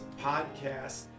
podcast